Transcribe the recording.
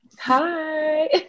Hi